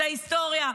ההיסטוריה,